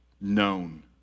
known